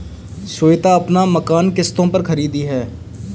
श्वेता अपना मकान किश्तों पर खरीदी है